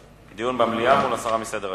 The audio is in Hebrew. דיון במליאה או הסרה מסדר-היום.